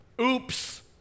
oops